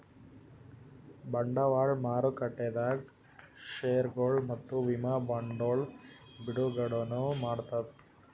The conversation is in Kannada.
ಬಂಡವಾಳ್ ಮಾರುಕಟ್ಟೆದಾಗ್ ಷೇರ್ಗೊಳ್ ಮತ್ತ್ ವಿಮಾ ಬಾಂಡ್ಗೊಳ್ ಬಿಡುಗಡೆನೂ ಮಾಡ್ತದ್